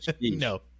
No